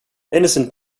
innocent